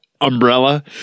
umbrella